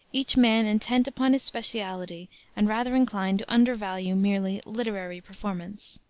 each man intent upon his specialty and rather inclined to undervalue merely literary performance.